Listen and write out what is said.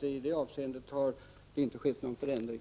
I det avseendet har det inte skett någon förändring.